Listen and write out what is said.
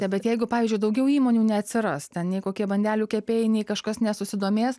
ne bet jeigu pavyzdžiui daugiau įmonių neatsiras ten nei kokie bandelių kepėjai nei kažkas nesusidomės